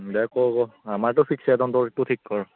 দে ক' ক' আমাৰটো ফিক্সে তহঁতৰটো ঠিক ক'ৰ